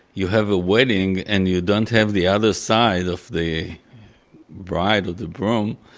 you have a wedding and you don't have the other side, of the bride, or the groom.